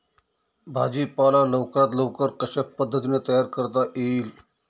भाजी पाला लवकरात लवकर कशा पद्धतीने तयार करता येईल?